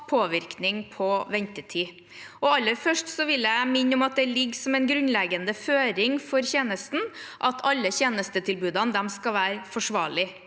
påvirkning på ventetider. Aller først vil jeg minne om at det ligger som en grunnleggende føring for tjenesten at alle tjenestetilbudene skal være forsvarlige.